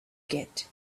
get